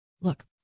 Look